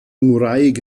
ngwraig